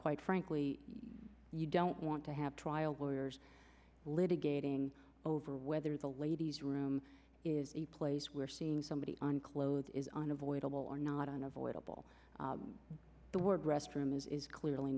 quite frankly you don't want to have trial lawyers litigating over whether the ladies room is a place where seeing somebody on clothes is unavoidable or not unavoidable the word restroom is clearly